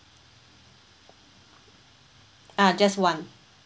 ah just one